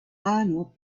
arnold